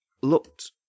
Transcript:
looked